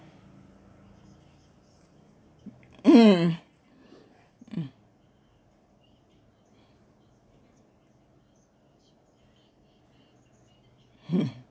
mmhmm mm hmm